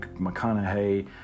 McConaughey